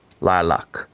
lilac